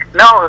no